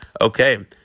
Okay